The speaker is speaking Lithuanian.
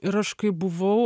ir aš kaip buvau